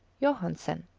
johansen,